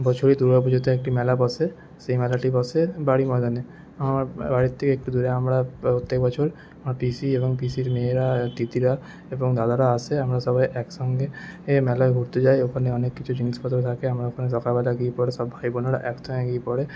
বছরই দুর্গা পুজোতে একটি মেলা বসে সেই মেলাটি বসে বাড়ি ময়দানে আমার বাড়ির থেকে একটু দূরে আমরা প্রত্যেক বছর আমার পিসি এবং পিসির মেয়েরা দিদিরা এবং দাদারা আসে আমরা সবাই এক সঙ্গে এই মেলায় ঘুরতে যাই ওখানে অনেক কিছু জিনিসপত্র থাকে আমরা ওখানে সকালবেলা গিয়ে পরে ভাই বোনেরা এক সঙ্গে গিয়ে পরে